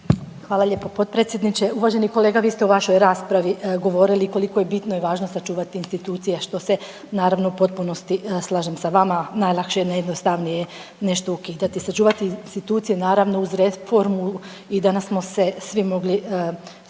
Hvala lijepo potpredsjedniče. Uvaženi kolega vi ste u vašoj raspravi govorili koliko je bitno i važno sačuvati institucije što se naravno u potpunosti slažem sa vama, najlakše je i najjednostavnije nešto ukidati. Sačuvati institucije naravno uz reformu i danas smo se svi mogli